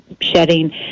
shedding